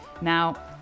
Now